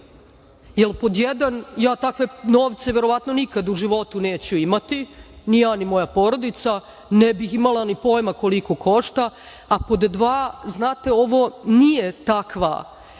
jer, pod jedan, ja takve novce verovatno nikad u životu neću imati, ni ja, ni moja porodica, ne bih imala ni pojma koliko košta, a pod dva, znate ovo nije takva